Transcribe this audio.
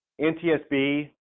NTSB